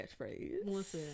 catchphrase